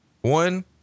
One